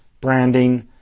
branding